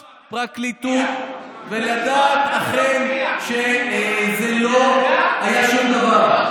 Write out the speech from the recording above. חוץ-פרקליטות, ולדעת שאכן לא היה שום דבר.